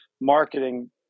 marketing